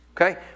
Okay